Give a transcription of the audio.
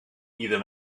either